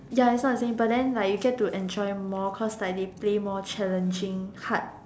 ya it's not the same but then like you get to enjoy more cause like they play more challenging hard